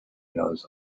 knows